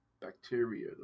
bacteria